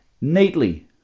neatly